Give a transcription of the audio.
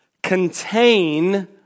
contain